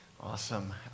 Awesome